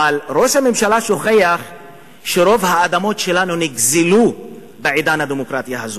אבל ראש הממשלה שוכח שרוב האדמות שלנו נגזלו בעידן הדמוקרטיה הזאת.